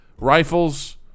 rifles